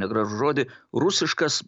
negražų žodį rusiškas